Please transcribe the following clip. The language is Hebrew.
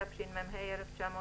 התשמ"ה-1985,